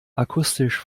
akustisch